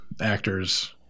actors